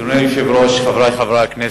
אדוני היושב-ראש, חברי חברי הכנסת,